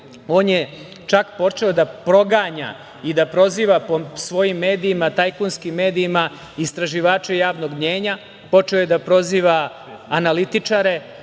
on je čak počeo da proganja i da proziva po svojim medijima, tajkunskim medijima istraživače javnog mnjenja, počeo je da proziva analitičare